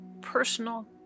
personal